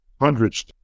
hundreds